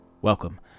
Welcome